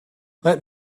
let